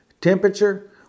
temperature